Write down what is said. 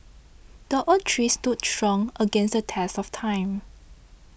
the oak tree stood strong against the test of time